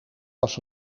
was